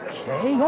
Okay